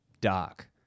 dark